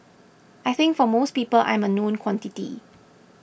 I think for most people I'm a known quantity